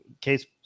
case